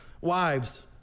wives